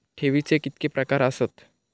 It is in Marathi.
ठेवीचे कितके प्रकार आसत?